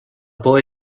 boy